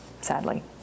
sadly